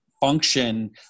function